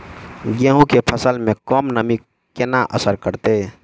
गेंहूँ केँ फसल मे कम नमी केना असर करतै?